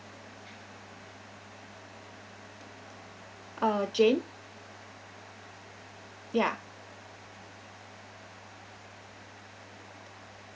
uh jane ya